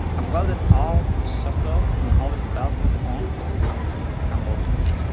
um welded all the shuttles and all the felt is on, so now we can assemble these.